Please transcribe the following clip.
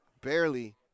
Barely